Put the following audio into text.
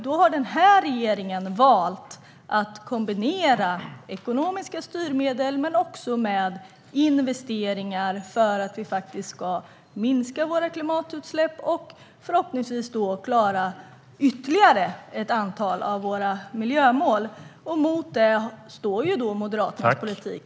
Den nuvarande regeringen har valt att kombinera ekonomiska styrmedel med investeringar för att minska våra klimatutsläpp och förhoppningsvis klara ytterligare ett antal av våra miljömål. Mot det står Moderaternas politik.